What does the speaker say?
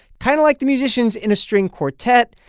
kind of like the musicians in a string quartet,